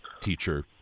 teacher